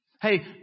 Hey